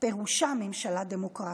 פירושה ממשלה דמוקרטית.